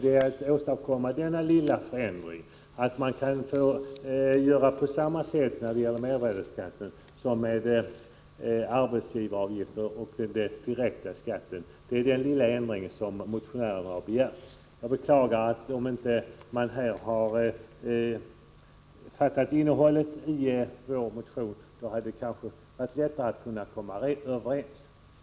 Motionären har bara begärt den lilla förändringen att mervärdeskatten skall kunna betalas på samma sätt som arbetsgivaravgiften och de direkta skatterna. Jag beklagar att man tydligen inte har förstått innehållet i vår motion. Då hade det kanske varit lättare att komma överens.